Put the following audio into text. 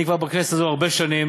אני בכנסת הזאת כבר הרבה שנים.